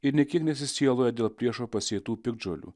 ir nė kiek nesisieloja dėl priešo pasėtų piktžolių